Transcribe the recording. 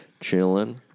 chilling